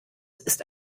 ist